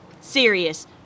serious